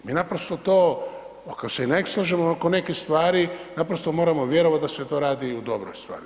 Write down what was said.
Mi naprosto to ako se i ne slažemo oko nekih stvari, naprosto moramo vjerovati da se to radi u dobroj stvari.